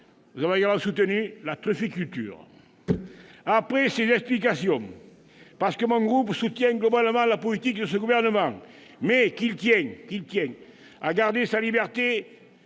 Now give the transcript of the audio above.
nous avons également soutenu la trufficulture ! Très bien ! Après ces explications, et comme mon groupe soutient globalement la politique de ce gouvernement, mais tient à garder sa liberté